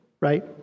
right